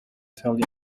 italian